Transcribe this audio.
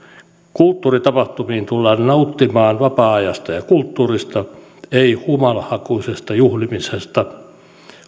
kulttuuritapahtumiin tullaan nauttimaan vapaa ajasta ja kulttuurista ei humalahakuisesta juhlimisesta